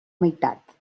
meitat